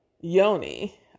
yoni